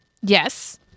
Yes